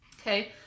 Okay